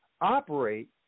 operate